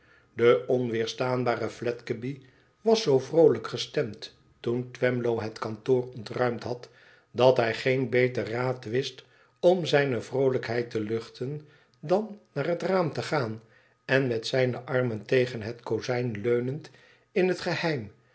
de onweerstaanbare fledgeby was zoo vroolijk gestemd toen twemlow het kantoor ontruimd had dat hij geen beter raad wist om zijne vroolijkheid te luchten dan naar het raam te gaan en met zijne armen tegen het kozijn geleund in het geheim